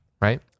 Right